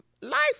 life